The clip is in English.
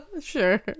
sure